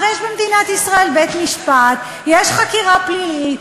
הרי יש במדינת ישראל בית-משפט, יש חקירה פלילית.